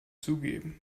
zugeben